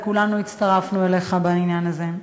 וכולנו הצטרפנו אליך בעניין הזה.